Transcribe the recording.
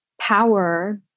power